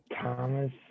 Thomas